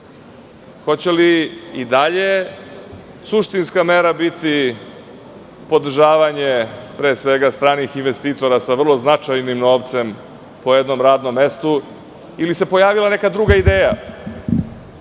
Hoće li i dalje suštinska mera biti podržavanje pre svega stranih investitora sa vrlo značajnim novcem po jednom radnom mestu ili se pojavila neka druga ideja.